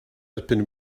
erbyn